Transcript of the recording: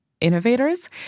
innovators